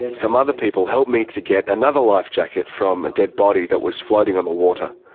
and some other people helped me to get another lifejacket from a dead body that was floating on the water.